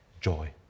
joy